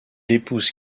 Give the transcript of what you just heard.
épouse